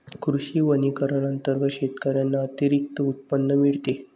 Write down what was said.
कृषी वनीकरण अंतर्गत शेतकऱ्यांना अतिरिक्त उत्पन्न मिळते